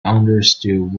understood